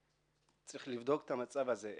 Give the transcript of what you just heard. צריך לבדוק את המצב הזה,